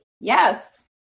Yes